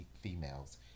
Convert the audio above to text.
females